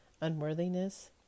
unworthiness